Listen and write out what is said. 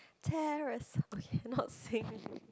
terrace oh cannot sing